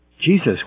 Jesus